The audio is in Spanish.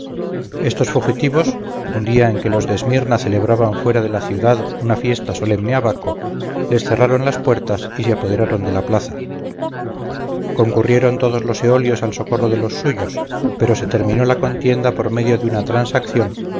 estos fugitivos un día en que los de esmirna celebraban fuera de la ciudad una fiesta solemne a baco les cerraron las puertas y se apoderaron de la plaza concurrieron todos los eolios al socorro de los suyos pero se terminó la contienda por medio de una transacción